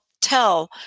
tell